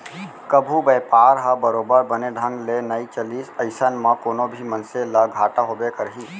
कभू बयपार ह बरोबर बने ढंग ले नइ चलिस अइसन म कोनो भी मनसे ल घाटा होबे करही